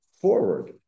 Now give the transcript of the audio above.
forward